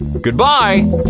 Goodbye